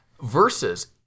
Versus